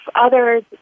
others